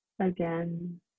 Again